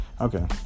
Okay